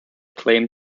claim